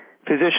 physician